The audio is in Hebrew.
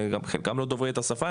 שחלקם לא דוברים את השפה,